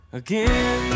again